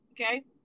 okay